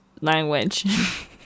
language